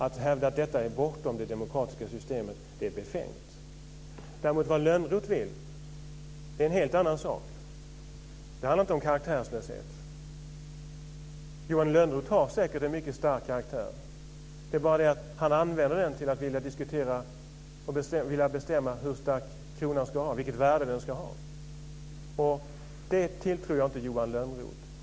Att hävda att detta är bortom det demokratiska systemet är befängt. Vad Lönnroth däremot vill är en helt annan sak. Det handlar inte om karaktärslöshet. Johan Lönnroth har säkert en mycket stark karaktär. Det är bara det att han använder den till att vilja bestämma hur stark kronan ska vara, vilket värde den ska ha. Det tilltror jag inte Johan Lönnroth.